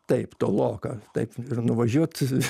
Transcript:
taip toloka taip ir nuvažiuot